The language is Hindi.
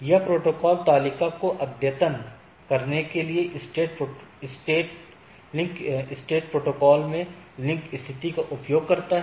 यह प्रोटोकॉल तालिका को अद्यतन करने के लिए स्टेट प्रोटोकॉल में लिंक स्टेट का उपयोग करता है